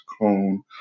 Cone